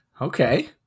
Okay